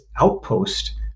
outpost